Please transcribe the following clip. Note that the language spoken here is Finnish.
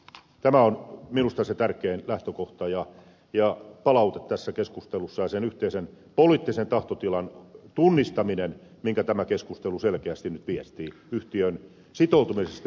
tämä on minusta se tärkein lähtökohta ja palaute tässä keskustelussa ja sen yhteisen poliittisen tahtotilan tunnistaminen minkä tämä keskustelu selkeästi nyt viestii sitoutumisesta yhtiön toiminnan turvaamiseen